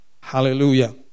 Hallelujah